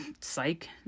psych